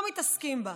לא מתעסקים בה,